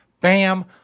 Bam